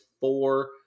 four